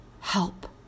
Help